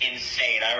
Insane